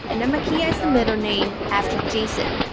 and namakaeha is the middle name after jason.